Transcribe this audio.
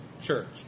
church